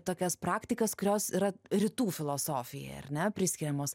tokias praktikas kurios yra rytų filosofijai ar ne priskiriamos